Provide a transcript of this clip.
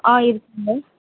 ஆ இருக்குதுங்க